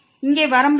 இங்கே வரம்பு 0